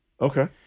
okay